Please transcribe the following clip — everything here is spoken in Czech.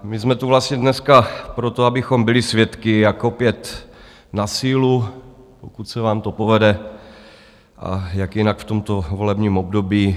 My jsme tu vlastně dneska proto, abychom byli svědky, jak opět na sílu, pokud se vám to povede a jak jinak v tomto volebním období?